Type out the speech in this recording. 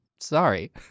sorry